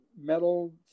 metal